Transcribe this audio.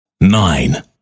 nine